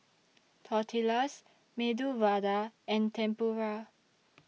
Tortillas Medu Vada and Tempura